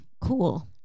Cool